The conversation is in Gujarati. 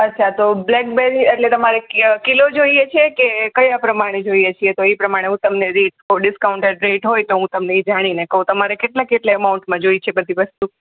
અચ્છા તો બ્લેકબેરી એટલે તમારે ક કિલો કિલો જોઇએ છે કે કયા પ્રમાણે જોઇએ છે તો એ પ્રમાણે હું તમને રેટ જો ડિસ્કાઉન્ટેડ રેટ હોય તો હું તમને એ જાણીને કહું તમારે કેટલાં કેટલાં એમાઉન્ટમાં જોઇએ છે બધી વસ્તુ